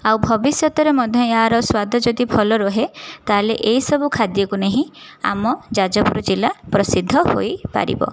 ଆଉ ଭବିଷ୍ୟତରେ ମଧ୍ୟ ଏହାର ସ୍ଵାଦ ଯଦି ଭଲ ରହେ ତା'ହେଲେ ଏହିସବୁ ଖାଦ୍ୟକୁ ନେଇ ହିଁ ଆମ ଯାଜପୁର ଜିଲ୍ଲା ପ୍ରସିଦ୍ଧ ହୋଇପାରିବ